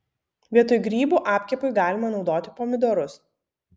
vietoj grybų apkepui galima naudoti pomidorus